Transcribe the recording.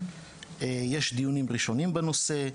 יש דיונים ראשונים בנושא.